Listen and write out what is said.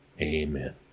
Amen